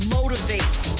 Motivate